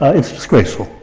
it's disgraceful.